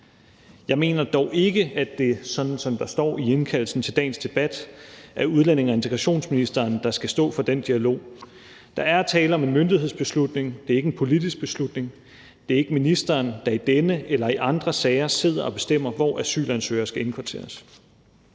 Jeg mener dog ikke, at det, sådan som der står i indkaldelsen til dagens debat, er udlændinge- og integrationsministeren, der skal stå for den dialog. Der er tale om en myndighedsbeslutning. Det er ikke en politisk beslutning, og det er ikke ministeren, der i denne eller i andre sager sidder og bestemmer, hvor asylansøgere skal indkvarteres.